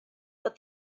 but